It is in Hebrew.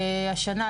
השנה,